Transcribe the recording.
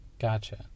Gotcha